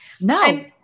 no